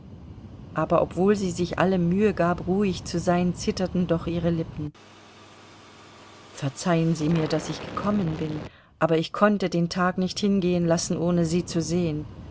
aber obwohl sie sich alle mühe gab ruhig zu sein zitterten doch ihre lippen verzeihen sie mir daß ich gekommen bin aber ich konnte den tag nicht hingehen lassen ohne sie zu sehen